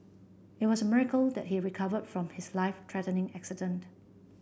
it was a miracle that he recover from his life threatening accident